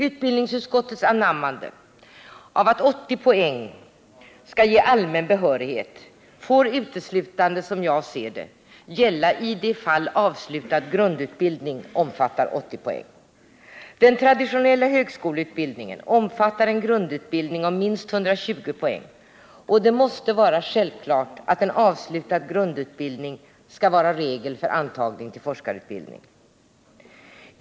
Utbildningsutskottets anammande av att 80 poäng skall ge allmän behörighet får, som jag ser det, uteslutande gälla i de fall avslutad grundutbildning omfattar 80 poäng. Den traditionella högskoleutbildningen omfattar en grundutbildning om minst 120 poäng, och det måste vara självklart att en avslutad grundutbildning skall vara regel för antagning till forskarutbildning.